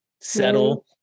settle